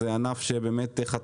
זה ענף שחטף